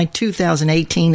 2018